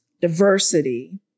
diversity